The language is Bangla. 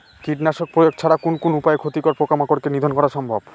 কীটনাশক প্রয়োগ ছাড়া কোন কোন উপায়ে ক্ষতিকর পোকামাকড় কে নিধন করা সম্ভব?